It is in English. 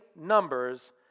numbers